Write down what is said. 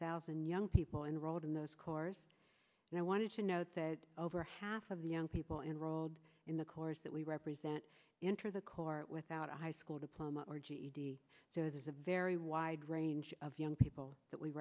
thousand young people enrolled in those corps and i wanted to note that over half of the young people enrolled in the course that we represent enter the court without a high school diploma or ged so there's a very wide range of young people that we